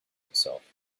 himself